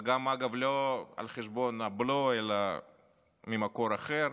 וגם אגב לא על חשבון הבלו אלא ממקור אחר,